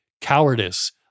cowardice